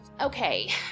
Okay